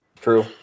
True